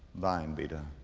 thine be done